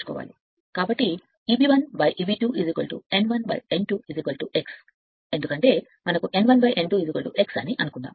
కాబట్టి మరియు Eb 1 Eb 2 n 1 n 2 x ఎందుకంటే మనకు n 2 x అని అనుకుందాం